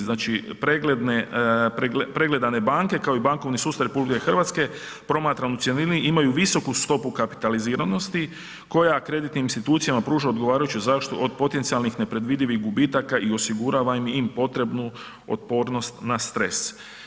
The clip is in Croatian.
Znači, pregledane banke, kao i bankovni sustav RH promatram u cjelini, imaju visoku stopu kapitaliziranosti koja kreditnim institucijama pruža odgovarajuću zaštitu od potencijalnih nepredvidivih gubitaka i osigurava im potrebnu otpornost na stres.